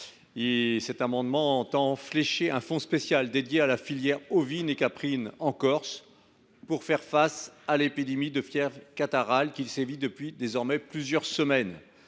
signataire, tend à flécher un fonds spécial dédié à la filière ovine et caprine en Corse, pour faire face à l’épidémie de fièvre catarrhale, qui sévit depuis désormais plusieurs semaines.